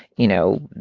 you know,